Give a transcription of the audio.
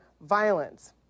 violence